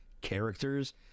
characters